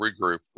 regroup